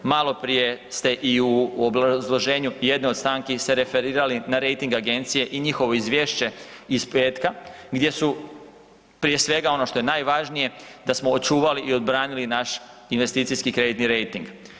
Maloprije ste i u obrazloženju jedne od stanki se referirali na rejting agencije i njihovo izvješće iz petka gdje su prije svega ono što je najvažnije da smo očuvali i odbranili naš investicijski kreditni rejting.